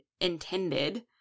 intended